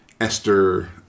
Esther